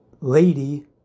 Lady